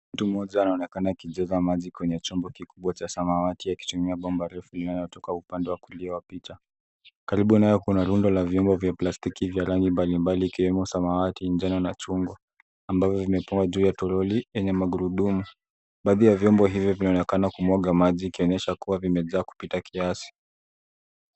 Mtu mmoja anaonekana akijaza mji kwenye chombo kikibwa cha samawati akitumia bomba refu linalotoka upande wa kulia wa picha. Karibu nayo kuna rundo la vyombo vya plastiki vya rangi mbalimbali ikiwemo: samawati, njano na chungwa ambavyo vimepangwa juu ya toroli yenye magurudumu. Baadhi ya vyombo hivyo vinaonekana kumwaga maji ikionyesha kuwa vimejaa kupita kiasi.